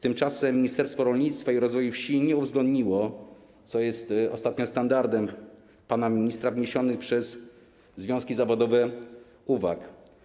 Tymczasem Ministerstwo Rolnictwa i Rozwoju Wsi nie uwzględniło, co jest ostatnio standardem w przypadku pana ministra, wniesionych przez związki zawodowe uwag.